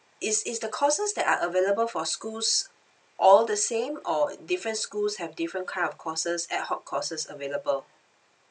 is is the courses that are available for schools all the same or different schools have different kind of courses ad hoc courses available